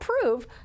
prove